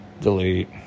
Delete